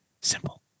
simple